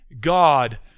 God